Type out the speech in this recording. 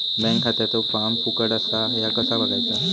Bank खात्याचो form फुकट असा ह्या कसा बगायचा?